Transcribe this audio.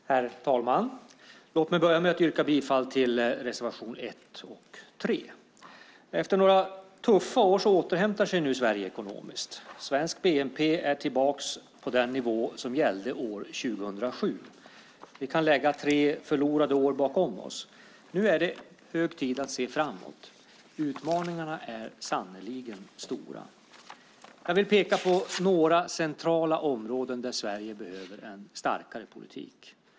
Herr talman! Låt mig börja med att yrka bifall till reservationerna 1 och 3. Efter några tuffa år återhämtar sig nu Sverige ekonomiskt. Svensk bnp är tillbaka på den nivå som gällde år 2007. Vi kan lägga tre förlorade år bakom oss. Nu är det hög tid att se framåt. Utmaningarna är sannerligen stora. Jag vill peka på några centrala områden där Sverige behöver en starkare politik.